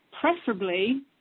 preferably